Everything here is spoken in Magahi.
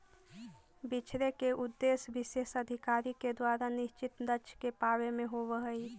बिछड़े के उद्देश्य विशेष अधिकारी के द्वारा निश्चित लक्ष्य के पावे में होवऽ हई